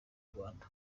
rwanda